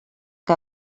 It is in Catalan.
que